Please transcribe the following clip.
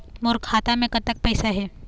मोर खाता मे कतक पैसा हे?